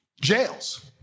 jails